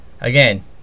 Again